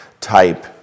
type